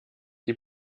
die